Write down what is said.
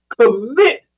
commit